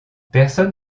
personne